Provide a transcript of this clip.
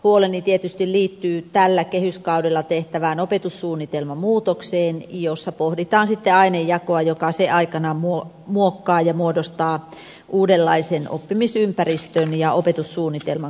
huoleni tietysti liittyy tällä kehyskaudella tehtävään opetussuunnitelmamuutokseen jossa pohditaan sitten ainejakoa joka aikanaan muokkaa ja muodostaa uudenlaisen oppimisympäristön ja opetussuunnitelman kouluihimme